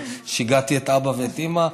ושיגעתי את אבא ואת אימא.